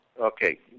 Okay